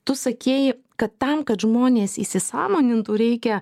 tu sakei kad tam kad žmonės įsisąmonintų reikia